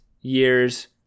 year's